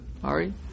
sorry